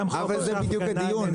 אבל זה בדיוק הדיון,